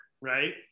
Right